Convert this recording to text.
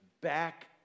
back